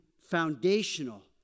foundational